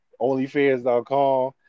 onlyfans.com